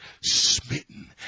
smitten